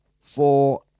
four